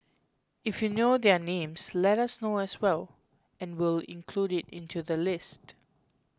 if you know their names let us know as well and we'll include it into the list